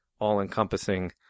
all-encompassing